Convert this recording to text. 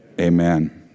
Amen